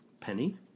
Penny